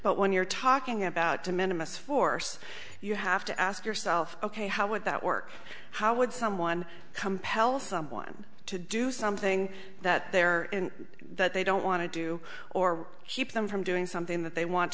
but when you're talking about to minimize force you have to ask yourself ok how would that work how would someone compel someone to do something that they're that they don't want to do or keep them from doing something that they want